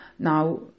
Now